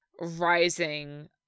rising